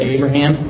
Abraham